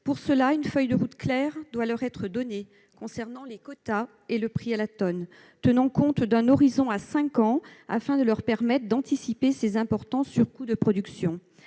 Pour cela, une feuille de route claire doit leur être donnée concernant les quotas et le prix à la tonne avec un horizon à cinq ans, afin de leur permettre d'anticiper ces importants surcoûts de production.